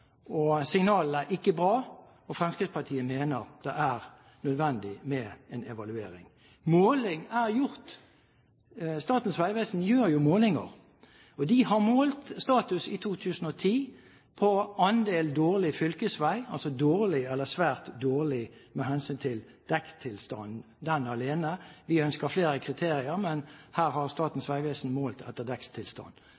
gang. Signalene er ikke bra, og Fremskrittspartiet mener det er nødvendig med en evaluering. Måling er gjort. Statens vegvesen gjør jo målinger. De har målt status i 2010 på andelen dårlig fylkesvei – altså dårlig eller svært dårlig med hensyn til dekktilstanden, den alene. Vi ønsker flere kriterier, men her har